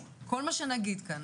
כל מה שנגיד כאן